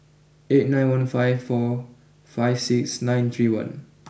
eight nine one five four five six nine three one